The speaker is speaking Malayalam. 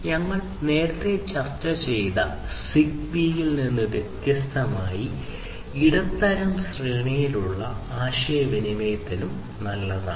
ഞങ്ങൾ നേരത്തെ ചർച്ച ചെയ്ത സിഗ്ബീയിൽ നിന്ന് വ്യത്യസ്തമായി ഇടത്തരം ശ്രേണിയിലുള്ള ആശയവിനിമയത്തിന് നല്ലതാണ്